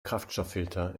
kraftstofffilter